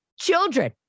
children